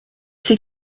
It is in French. c’est